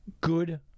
Good